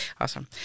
Awesome